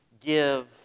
Give